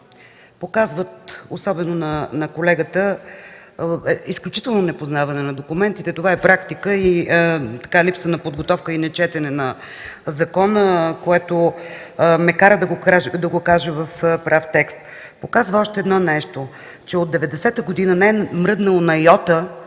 реплики, особено на колегата, показват изключително непознаване на документите. Това е практика и липса на подготовка, и нечетене на закона, което ме кара да го кажа в прав текст. Показва и още едно нещо – че от 1990 г. не е мръднало на йота